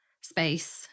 space